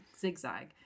zigzag